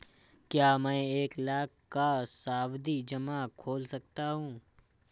क्या मैं एक लाख का सावधि जमा खोल सकता हूँ?